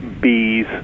bees